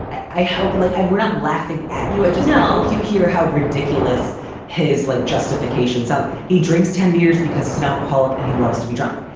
i hope like we're not laughing at you. i just know you hear how ridiculous his like justification sounds. he drinks ten beers because he's an alcoholic and he loves to be drunk.